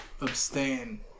abstain